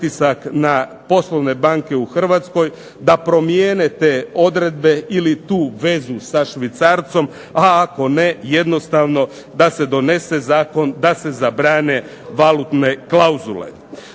na poslovne banke u Hrvatskoj, da promijene te odredbe ili tu vezu sa Švicarcom, a ako ne jednostavno da se donese Zakon da se zabrane valutne klauzule.